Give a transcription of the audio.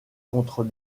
contre